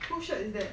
who's shirt is that